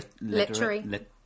Literary